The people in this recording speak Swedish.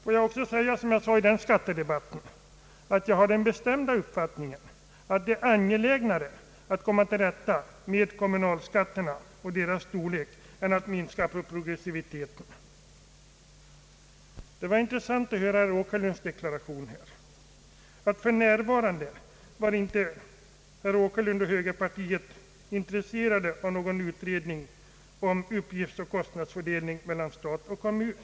Får jag också säga som jag sade i samma debatt, att jag har den bestämda uppfattningen att det är angelägnare att komma till rätta med kommunalskatterna och deras storlek än att minska progressiviteten. Det var intressant att höra herr Åkerlunds deklaration att man i högerpartiet för närvarande inte är intresserade av någon utredning om uppgiftsoch kostnadsfördelningen mellan stat och kommun.